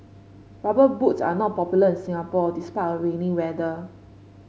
rubber boots are not popular in Singapore despite our rainy weather